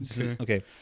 okay